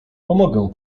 pomogę